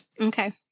Okay